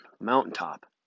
mountaintop